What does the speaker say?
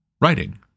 writing